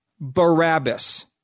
Barabbas